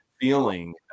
feeling